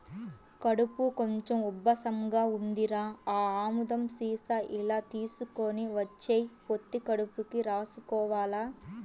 కడుపు కొంచెం ఉబ్బసంగా ఉందిరా, ఆ ఆముదం సీసా ఇలా తీసుకొని వచ్చెయ్, పొత్తి కడుపుకి రాసుకోవాల